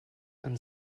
and